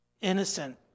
Innocent